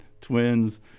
Twins